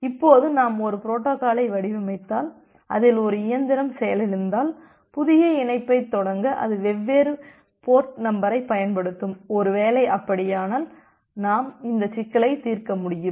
இப்போது நாம் ஒரு புரோட்டோகாலை வடிவமைத்தால் அதில் ஒரு இயந்திரம் செயலிழந்தால் புதிய இணைப்பைத் தொடங்க அது வெவ்வேறு போர்ட் நம்பரைப் பயன்படுத்தும் ஒருவேளை அப்படியானால் நாம் இந்த சிக்கலை தீர்க்க முடியும்